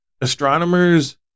astronomers